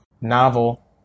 novel